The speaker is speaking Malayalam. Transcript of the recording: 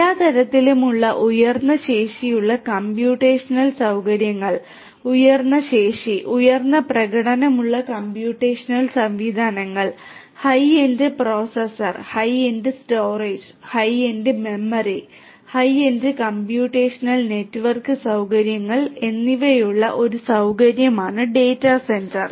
എല്ലാ തരത്തിലുമുള്ള ഉയർന്ന ശേഷിയുള്ള കമ്പ്യൂട്ടേഷണൽ സൌകര്യങ്ങൾ ഉയർന്ന ശേഷി ഉയർന്ന പ്രകടനമുള്ള കമ്പ്യൂട്ടേഷണൽ സംവിധാനങ്ങൾ ഹൈ എൻഡ് പ്രോസസർ സൌകര്യങ്ങൾ എന്നിവയുള്ള ഒരു സൌകര്യമാണ് ഡാറ്റാ സെന്റർ